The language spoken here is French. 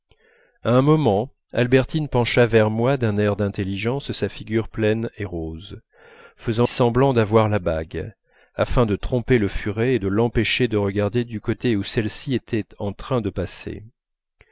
un moment albertine pencha vers moi d'un air d'intelligence sa figure pleine et rose faisant semblant d'avoir la bague afin de tromper le furet et de l'empêcher de regarder du côté où celle-ci était en train de passer